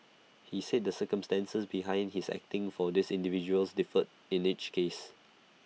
he said the circumstances behind his acting for these individuals differed in each case